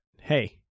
hey